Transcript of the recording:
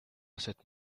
cette